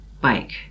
bike